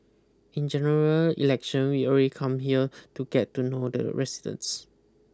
in General Election we've already come here to get to know the residents